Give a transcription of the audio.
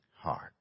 heart